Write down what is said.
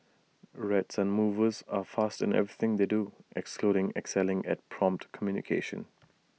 red sun movers are fast in everything they do including excelling at prompt communication